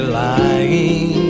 lying